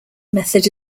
method